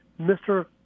Mr